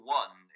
one